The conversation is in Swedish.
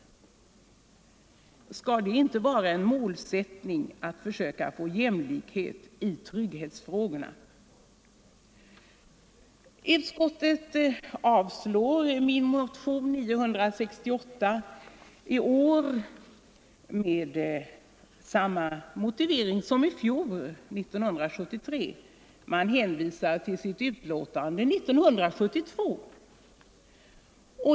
Skall det inte vara en målsättning att försöka få jämlikhet i trygghetsfrågorna? Utskottet avstyrker min motion 153 i år med samma motivering som i fjol. Utskottet hänvisar till sitt betänkande 1972.